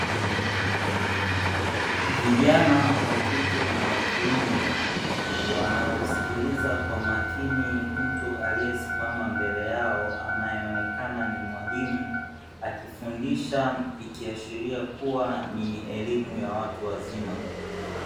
Vijana wa kike na wa kiume wanaomsikiliza kwa makini mtu aliyesimama mbele yao anayeonekana ni mwalimu, akifundisha ikiashiria kuwa ni elimu ya watu wazima.